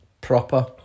Proper